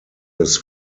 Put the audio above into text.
his